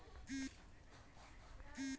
यूरोपोत विक्लान्ग्बीमार मांग बहुत बढ़े गहिये